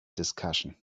discussion